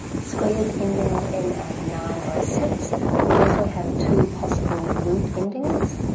squares ending in a nine or a six will also have two possible root endings,